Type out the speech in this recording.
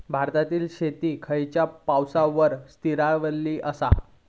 भारतातले शेती खयच्या पावसावर स्थिरावलेली आसा?